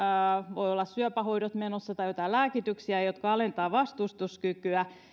voi olla syöpähoidot menossa tai joitain lääkityksiä jotka alentavat vastustuskykyä